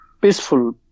peaceful